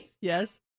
Yes